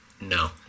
No